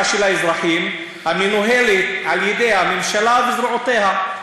של אזרחים המנוהלת על-ידי הממשלה וזרועותיה.